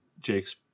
jake's